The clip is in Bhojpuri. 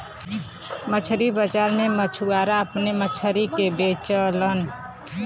मछरी बाजार में मछुआरा अपने मछरी के बेचलन